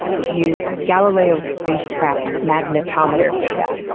it used galileo spacecraft magnetometer data.